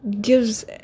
gives